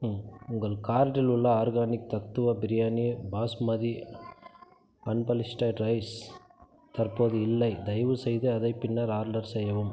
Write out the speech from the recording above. உங்கள் கார்ட்டில் உள்ள organic Tattva biryani basmati unpolished rice தற்போது இல்லை தயவுசெய்து அதை பின்னர் ஆர்டர் செய்யவும்